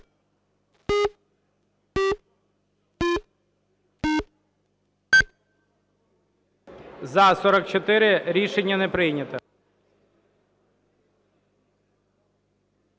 За-44 Рішення не прийнято.